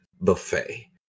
buffet